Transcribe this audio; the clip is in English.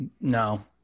No